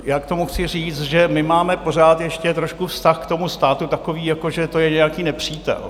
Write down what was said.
Já k tomu chci říct, že máme pořád ještě trošku vztah k tomu státu takový, jako že to je nějaký nepřítel.